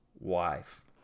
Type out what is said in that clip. wife